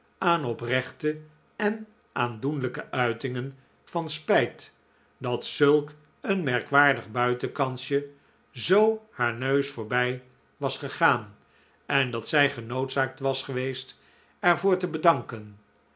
aan oprechte en aandoenlijke uitingen van spijt dat zulk een merkwaardig buitenkansje zoo haar neus voorbij was gegaan en dat zij genoodzaakt was geweest er voor te bedanken